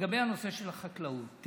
לגבי הנושא של החקלאות.